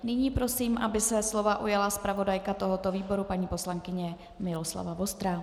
Nyní prosím, aby se slova ujala zpravodajka tohoto výboru paní poslankyně Miloslava Vostrá.